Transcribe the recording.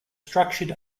structured